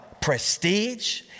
prestige